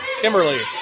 Kimberly